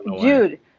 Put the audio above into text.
dude